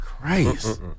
Christ